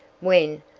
when,